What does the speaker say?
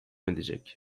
edecek